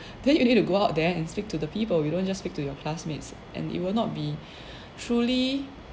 then you need to go out there and speak to the people you don't just speak to your classmates and it will not be truly